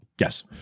Yes